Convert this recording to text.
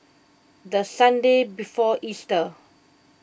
the Sunday before Easter